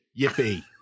Yippee